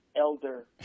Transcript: elder